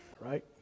Right